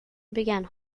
began